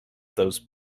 those